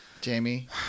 Jamie